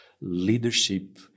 leadership